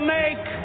make